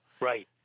Right